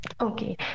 Okay